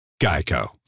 Geico